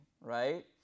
right